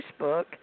Facebook